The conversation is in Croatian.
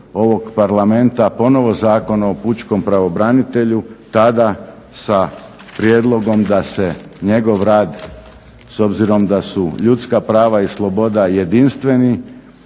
ovog Parlamenta ponovo Zakona o pučkom pravobranitelju tada sa prijedlogom da se njegov rad s obzirom da su ljuska prava i sloboda jedinstveni